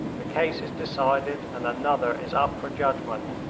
the case is decided and another is up for judgment.